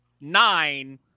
nine